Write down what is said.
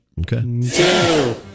Okay